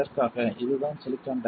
இதுதான் silicon di oxide